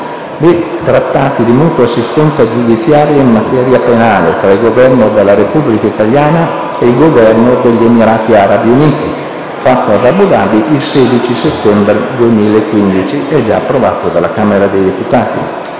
*Trattato di mutua assistenza giudiziaria in materia penale tra il Governo della Repubblica italiana e il Governo degli Emirati arabi uniti, fatto ad Abu Dhabi il 16 settembre 2015*** *(Approvato dalla Camera dei deputati)